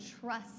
trust